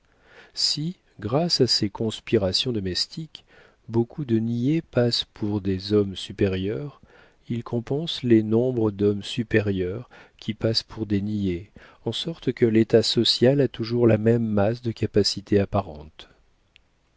si grâce à ces conspirations domestiques beaucoup de niais passent pour des hommes supérieurs ils compensent le nombre d'hommes supérieurs qui passent pour des niais en sorte que l'état social a toujours la même masse de capacités apparentes